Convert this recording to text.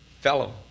fellow